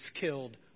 killed